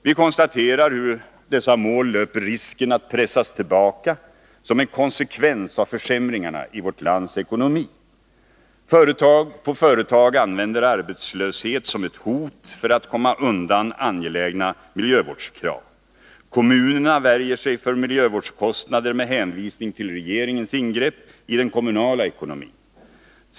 Vi konstaterar hur dessa mål löper risken att pressas tillbaka, som en konsekvens av försämringarna i vårt lands ekonomi. Företag på företag använder arbetslöshet som ett hot för att komma undan angelägna miljövårdskrav. Kommunerna värjer sig för miljövårdskostnader med hänvisning till regeringens ingrepp i den kommunala ekonomin.